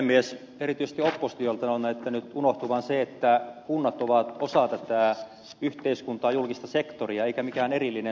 erityisesti oppositiolta on näyttänyt unohtuvan se että kunnat ovat osa tätä yhteiskuntaa julkista sektoria eivätkä mikään erillinen saareke